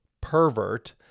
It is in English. pervert